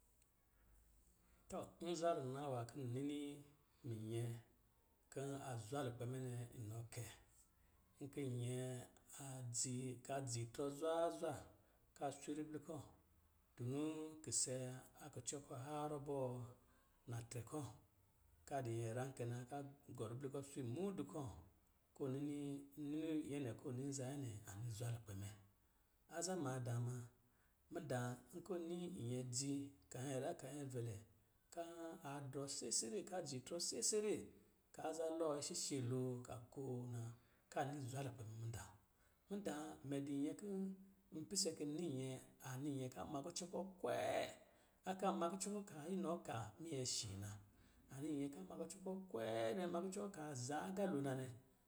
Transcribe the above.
Tɔ, nza rina wa ki nini minyɛ kin a zwa lukpɛ mɛ nɛ, inɔ kɛ, nki nyɛ dzi ka dziitrɔ zwazwa, ka swi ribli kɔ̄, tunuu kise a kucɔ kɔ̄ harrɔ bɔɔ natrɛ kɔ̄, ka di nyɛra kɛ na, ka gɔ ribli kɔ swi mudu kɔ̄, ko nini, n nini nyɛ nɛ, ko ɔ ni nza nyɛ nɛ ka ni zwa lukpɛ mɛ. Aza maadaa ma, mudaa, nkɔ̄ nini nyɛ dzi, ka nyɛra, ka nyɛvɛlɛ, kaan a drɔ sɛsɛrɛ, ka ji trɔ sɛsɛrɛ. ka za lɔɔ ishishe lo ka ko na, ka ni zwa lukpɛ me mudaa. Mudaa, mɛ di nyɛ kɔ̄ n pise ki ni nyɛ, a ni nyɛ ka ma kucɔ kɔ̄ kwee, a ka maa kucɔ kɔ̄ ka inɔ ka minyɛ shi na. A ni nyɛ ka ma kucɔ kɔ̄ kwee nɛ, ma kucɔ kaa zaa agalo na nɛ.